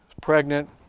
pregnant